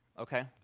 Okay